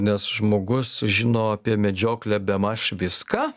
nes žmogus žino apie medžioklę bemaž viską